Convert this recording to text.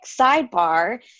sidebar